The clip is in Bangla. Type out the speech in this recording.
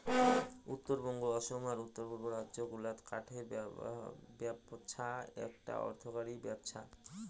উত্তরবঙ্গ, অসম আর উত্তর পুব রাজ্য গুলাত কাঠের ব্যপছা এ্যাকটা অর্থকরী ব্যপছা